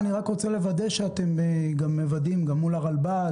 אני רק רוצה לדעת שאתם מוודאים גם מול הרלב"ד,